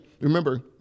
remember